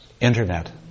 Internet